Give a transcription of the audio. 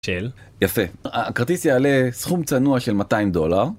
של. יפה. הכרטיס יעלה סכום צנוע של 200 דולר.